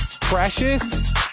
precious